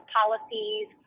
policies